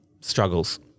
struggles